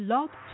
Love